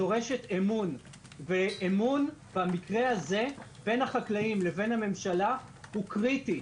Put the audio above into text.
דורשת אמון ואמון במקרה הזה בין החקלאים לבין הממשלה הוא קריטי.